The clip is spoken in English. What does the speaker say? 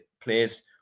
players